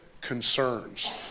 concerns